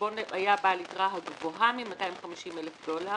החשבון היה בעל יתרה הגבוהה מ-250,000 דולר,